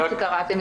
מה שקראתם,